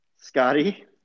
Scotty